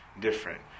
different